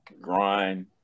grind